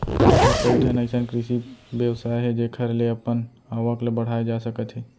फेर कइठन अइसन कृषि बेवसाय हे जेखर ले अपन आवक ल बड़हाए जा सकत हे